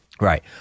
Right